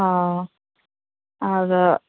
ᱚᱸ ᱟᱨ